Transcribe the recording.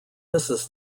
mrs